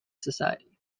society